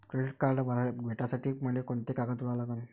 Credit card भेटासाठी मले कोंते कागद जोडा लागन?